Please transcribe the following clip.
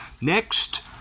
Next